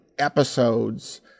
episodes